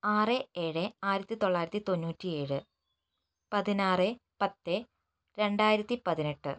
ആറ് ഏഴ് ആയിരത്തിത്തൊള്ളായിരത്തി തൊണ്ണൂറ്റിയേഴ് പതിനാറ് പത്തേ രണ്ടായിരത്തിപ്പതിനെട്ട്